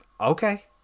okay